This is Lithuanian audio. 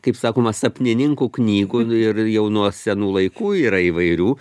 kaip sakoma sapnininkų knygų ir jau nuo senų laikų yra įvairių